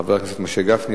חבר הכנסת משה גפני.